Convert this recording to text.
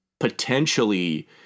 Potentially